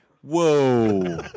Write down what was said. whoa